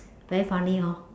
very funny hor